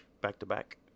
back-to-back